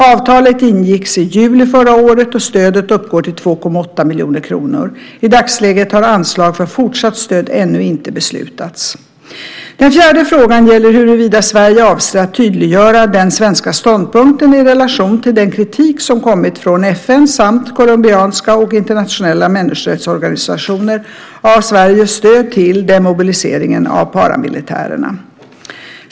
Avtalet ingicks i juli 2005 och stödet uppgår till 2,8 miljoner kronor. I dagsläget har anslag för fortsatt stöd ännu inte beslutats. Den fjärde frågan gäller huruvida Sverige avser att tydliggöra den svenska ståndpunkten i relation till den kritik som kommit från FN samt colombianska och internationella människorättsorganisationer av Sveriges stöd till demobiliseringen av paramilitärerna.